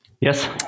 Yes